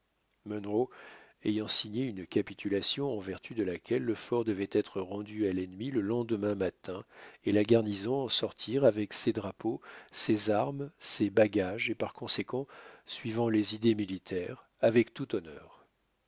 ayant signé une capitulation en vertu de laquelle le fort devait être rendu à l'ennemi le lendemain matin et la garnison en sortir avec ses drapeaux ses armes ses bagages et par conséquent suivant les idées militaires avec tout honneur